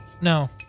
No